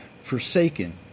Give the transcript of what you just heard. forsaken